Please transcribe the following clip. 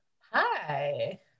hi